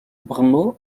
brno